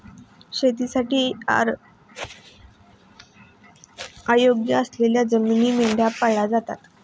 शेतीसाठी अयोग्य असलेल्या जमिनीत मेंढ्या पाळल्या जातात